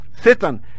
satan